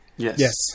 Yes